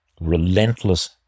relentless